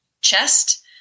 chest